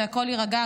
שהכול יירגע,